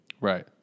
Right